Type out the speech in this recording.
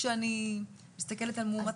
כשאני מסתכלת על מאומת אחד?